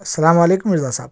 السلام علیکم مرزا صاحب